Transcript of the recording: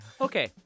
Okay